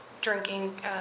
drinking